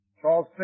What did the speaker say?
Charles